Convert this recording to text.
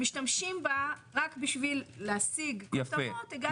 שמשתמשים בה רק בשביל להשיג כותרות.